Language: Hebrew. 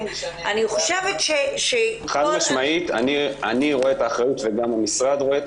אני רואה את האחריות וגם המשרד רואה את